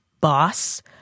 boss